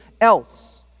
else